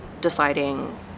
deciding